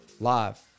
live